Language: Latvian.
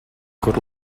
kur